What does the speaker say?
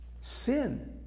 Sin